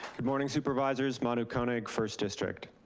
good morning supervisors, manu konig, first district.